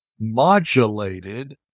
modulated